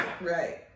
Right